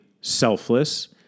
selfless